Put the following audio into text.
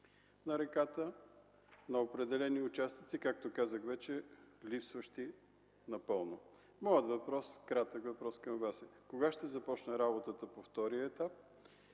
на реката на определени участъци, както казах вече – липсващи напълно. Моят кратък въпрос към Вас е: кога ще започне работата по втория етап?